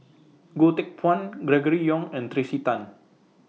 Goh Teck Phuan Gregory Yong and Tracey Tan